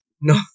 No